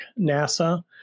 NASA